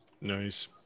Nice